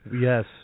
Yes